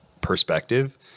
perspective